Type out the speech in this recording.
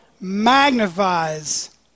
magnifies